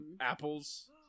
apples